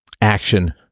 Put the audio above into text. action